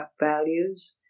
values